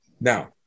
Now